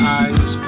eyes